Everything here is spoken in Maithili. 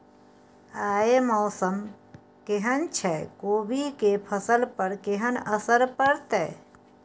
आय मौसम केहन छै कोबी के फसल पर केहन असर परतै?